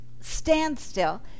standstill